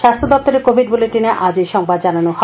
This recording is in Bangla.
স্বাস্থ্য দপ্তরের কোভিড বুলেটিনে আজ এই সংবাদ জানানো হয়